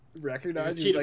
recognize